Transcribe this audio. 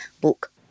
book